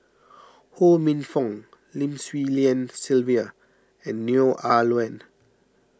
Ho Minfong Lim Swee Lian Sylvia and Neo Ah Luan